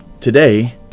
Today